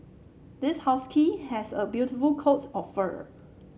this husky has a beautiful coat of fur